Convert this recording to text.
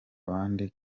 abandi